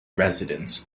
residence